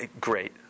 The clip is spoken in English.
Great